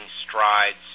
strides